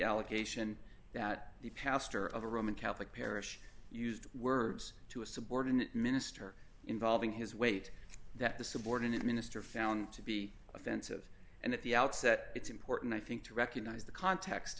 allegation that the pastor of a roman catholic parish used words to a subordinate minister involving his weight that the subordinate minister found to be offensive and at the outset it's important i think to recognise the context